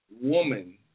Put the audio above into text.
woman